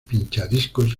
pinchadiscos